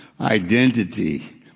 identity